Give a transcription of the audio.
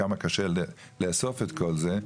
כמה קשה לאסוף את כל זה.